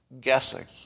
guessing